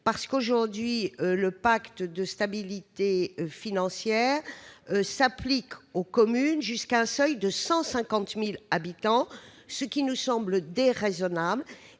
Aujourd'hui, le pacte de stabilité financière s'applique aux communes ne dépassant pas le seuil de 150 000 habitants, ce qui nous semble déraisonnable.